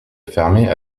fermaient